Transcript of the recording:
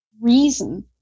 reason